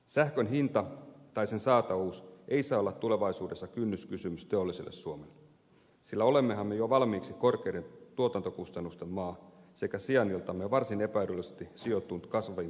sähkön hinta tai sen saatavuus ei saa olla tulevaisuudessa kynnyskysymys teolliselle suomelle sillä olemmehan jo valmiiksi korkeiden tuotantokustannusten maa sekä sijainniltamme varsin epäedullisesti sijoittunut kasvaviin kansantalouksiin nähden